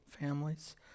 families